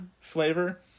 flavor